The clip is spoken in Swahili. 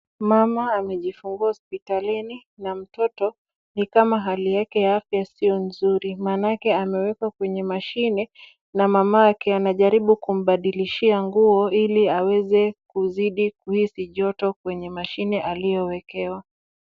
Mama amejifungua hospitalini na mtoto ni kama hali yake ya afya sio nzuri, maanake amewekwa kwenye mashine na mamake anajaribu kumbadilishia nguo ili aweze kuzidi kuhisi joto kwenye mashine aliyowekewa.